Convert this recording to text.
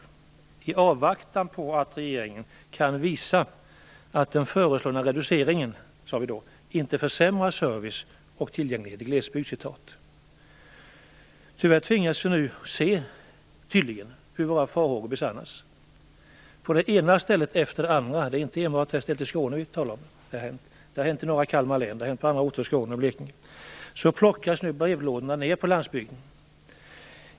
Vi ville avvakta att regeringen kunde visa att den föreslagna reduceringen inte skulle försämra service och tillgänglighet i glesbygden. Tyvärr tvingas vi nu se att våra farhågor tydligen besannas. På det ena stället efter det andra på landsbygden - det har bl.a. hänt i norra Kalmar län och på olika orter i Skåne och i Blekinge - plockas nu brevlådorna ned.